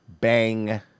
bang